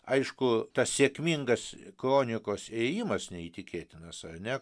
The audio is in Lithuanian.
aišku tas sėkmingas kronikos ėjimas neįtikėtinas ar ne